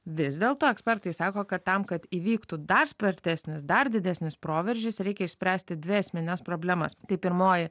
vis dėlto ekspertai sako kad tam kad įvyktų dar spartesnis dar didesnis proveržis reikia išspręsti dvi esmines problemas tai pirmoji